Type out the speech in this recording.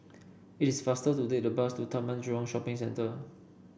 it is faster to take the bus to Taman Jurong Shopping Centre